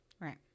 Right